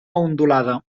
ondulada